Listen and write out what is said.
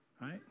right